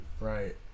right